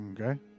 Okay